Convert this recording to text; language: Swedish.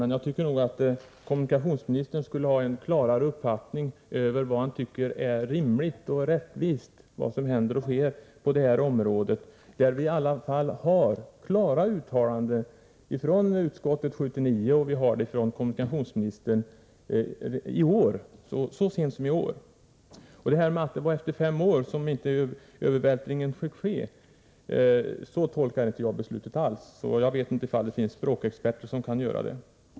Men jag tycker nog att kommunikationsministern borde ha en klarare uppfattning om vad som är rimligt och rättvist i vad som händer och sker på detta område, där vi i alla fall har klara uttalanden från utskottet 1979 och från kommunikationsministern så sent som i år. Kommunikationsministern påstår att en övervältring inte får ske efter fem år. Men så tolkar jag inte alls beslutet. Kanske språkexperter kan göra det.